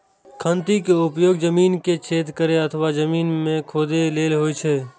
खंती के उपयोग जमीन मे छेद करै अथवा जमीन कें खोधै लेल होइ छै